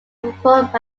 reformed